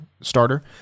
Starter